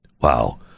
Wow